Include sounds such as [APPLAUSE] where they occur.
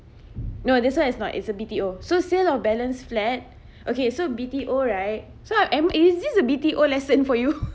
no this one is not it's a B_T_O so sale of balance flat okay so B_T_O right so am is this is a B_T_O lesson for you [LAUGHS]